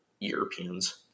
Europeans